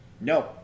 No